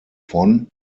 von